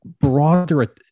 broader